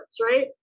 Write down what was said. right